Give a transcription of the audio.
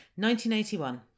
1981